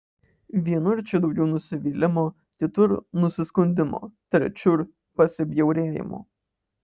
vienur čia daugiau nusivylimo kitur nusiskundimo trečiur pasibjaurėjimo